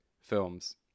films